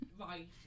Right